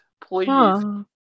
please